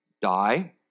die